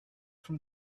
from